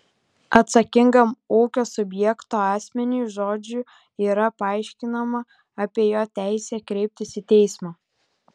atsakingam ūkio subjekto asmeniui žodžiu yra paaiškinama apie jo teisę kreiptis į teismą